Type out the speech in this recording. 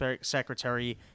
secretary